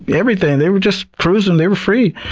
but everything! they were just cruising, they were free.